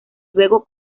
luego